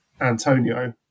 Antonio